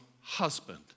husband